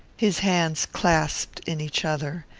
his hands clasped in each other,